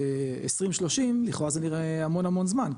ב-2030 לכאורה זה נראה המון המון זמן,